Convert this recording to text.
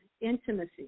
intimacy